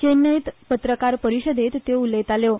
चेन्नयंत पत्रकार परिशदेंत त्यो उलयताल्यो